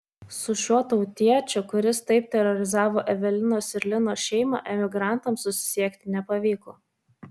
su šiuo tautiečiu kuris taip terorizavo evelinos ir lino šeimą emigrantams susisiekti nepavyko